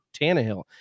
Tannehill